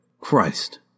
Christ